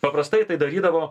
paprastai tai darydavo